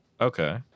okay